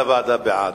מי שלוועדה, בעד.